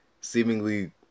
seemingly